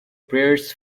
prayers